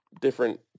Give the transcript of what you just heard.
different